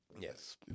Yes